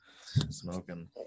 smoking